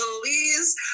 please